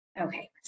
Okay